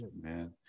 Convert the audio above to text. man